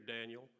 Daniel